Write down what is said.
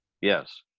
Yes